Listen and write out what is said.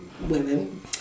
women